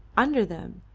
under them,